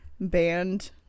band